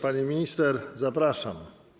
Pani minister, zapraszam.